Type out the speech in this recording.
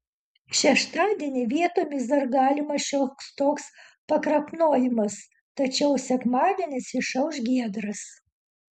šeštadienį vietomis dar galimas šioks toks pakrapnojimas tačiau sekmadienis išauš giedras